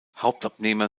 hauptabnehmer